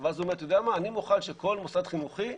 אני חושב שזה ייתן להם מוטיבציה,